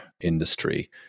industry